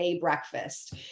breakfast